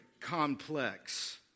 complex